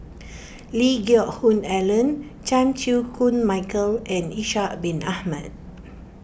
Lee Geck Hoon Ellen Chan Chew Koon Michael and Ishak Bin Ahmad